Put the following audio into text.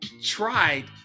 tried